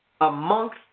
amongst